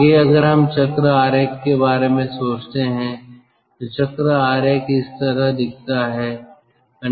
आगे अगर हम चक्र आरेख के बारे में सोचते हैं तो चक्र आरेख इस तरह दिखता है